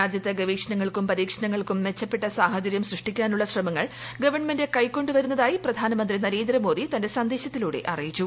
രാജ്യത്ത് ഗവേഷണങ്ങൾക്കും പരീക്ഷണങ്ങൾക്കും മെച്ചപ്പെട്ട സാഹചര്യം സൃഷ്ടിക്കാനുള്ള ശ്രമങ്ങൾ ഗവൺമെന്റ് കൈക്കൊ് വരുന്നതായി പ്രധാനമന്ത്രി നരേന്ദ്രമോദി തന്റെ സന്ദേശത്തിലൂടെ അറിയിച്ചു